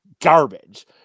garbage